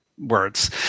Words